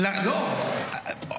זה שר החינוך.